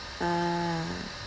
ah